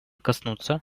коснуться